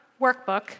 workbook